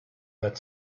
that